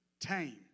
tame